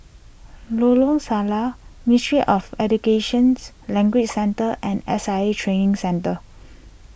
Lorong Salleh Ministry of Educations Language Centre and S I A Training Centre